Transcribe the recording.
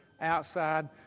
outside